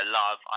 love